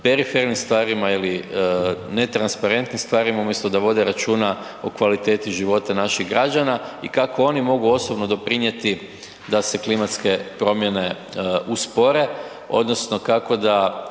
perifernim stvarima ili netransparentnim stvarima umjesto da vode računa o kvaliteti života naših građana i kako oni mogu osobno doprinjeti da se klimatske promjene uspore odnosno kako da,